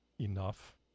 enough